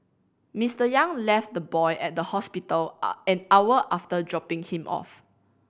Mister Yang left the boy at the hospital a an hour after dropping him off